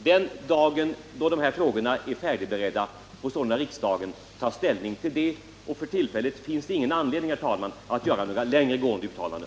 Den dag då dessa frågor är färdigberedda får riksdagen sålunda ta ställning, men för tillfället finns det, herr talman, ingen anledning att göra några längre gående uttalanden.